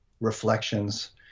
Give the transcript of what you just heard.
reflections